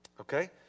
Okay